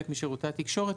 חלק משירותי התקשורת,